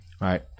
Right